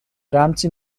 rámci